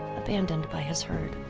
abandoned by his herd.